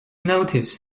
notice